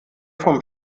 vom